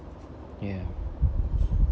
ya